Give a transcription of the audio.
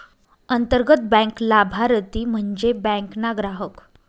अंतर्गत बँक लाभारती म्हन्जे बँक ना ग्राहक